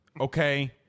okay